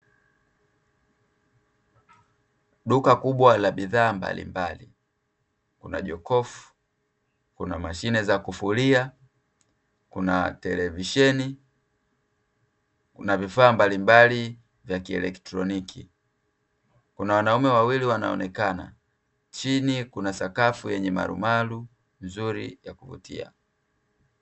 Duka kubwa la bidhaa mbalimbali, kuna jokofu, kuna mashine za kufulia, kuna televisheni, kuna vifaa mbalimbali vya kielektroniki, kuna wanaume wawili wanaonekana, chini kuna sakafu yenye marumaru nzuri ya kuvutia.